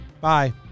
Bye